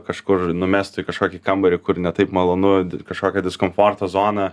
kažkur numesti į kažkokį kambarį kur ne taip malonu kažkokią diskomforto zoną